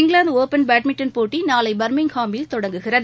England open badminton போட்டி நாளை பர்மிங்காமில் தொடங்குகிறது